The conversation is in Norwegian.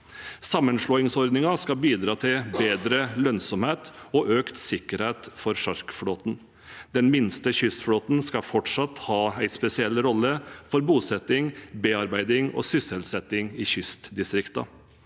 Sammenslåingsordningen skal bidra til bedre lønnsomhet og økt sikkerhet for sjarkflåten. Den minste kystflåten skal fortsatt ha en spesiell rolle for bosetting, bearbeiding og sysselsetting i kystdistriktene.